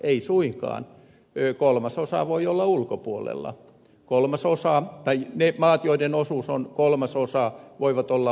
ei suinkaan kolmasosa voi olla ulkopuolella tai ne maat joiden osuus on kolmasosa voivat olla ulkopuolella